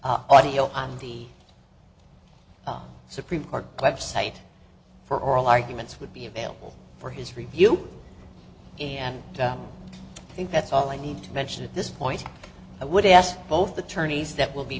the audio on the supreme court website for oral arguments would be available for his review and i think that's all i need to mention at this point i would ask both attorneys that will be